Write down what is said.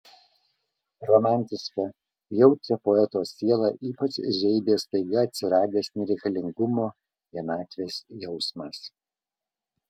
romantišką jautrią poeto sielą ypač žeidė staiga atsiradęs nereikalingumo vienatvės jausmas